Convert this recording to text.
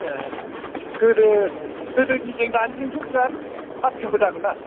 ए गोदो गोदोनिजों दानिजोंथ' बिरात पारथक्य' जागोन ना